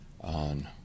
on